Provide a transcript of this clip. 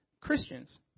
Christians